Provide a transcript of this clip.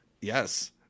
yes